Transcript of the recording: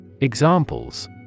Examples